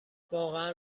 واقعا